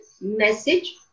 message